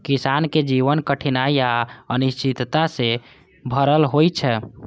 किसानक जीवन कठिनाइ आ अनिश्चितता सं भरल होइ छै